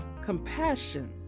compassion